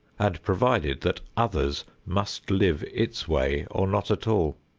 and provided that others must live its way or not at all.